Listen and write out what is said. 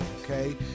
Okay